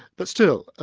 but still,